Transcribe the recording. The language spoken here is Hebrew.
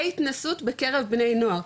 להתנסות בקרב בני נוער.